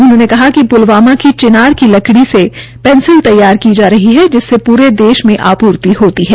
उन्होंने कहा कि पुलवामा की चिनार की लकड़ी से पैंसिल तैयार की जा रही है जिससे पूरे देश में आपूर्ति होती है